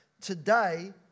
Today